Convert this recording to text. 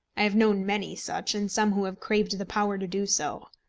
i have known many such, and some who have craved the power to do so.